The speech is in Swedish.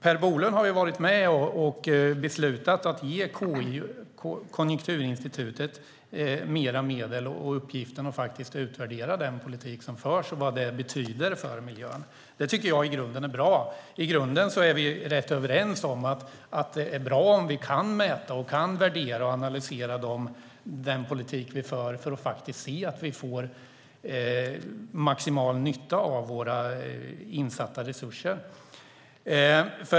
Per Bolund har ju varit med och beslutat om att ge Konjunkturinstitutet mer medel och uppgiften att utvärdera den politik som förs och vad det betyder för miljön. Det tycker jag i grunden är bra. I grunden är vi rätt överens om att det är bra om vi kan mäta, värdera och analysera den politik som vi för så att vi kan se om vi får maximal nytta av våra insatta resurser.